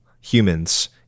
humans